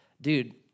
dude